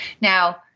Now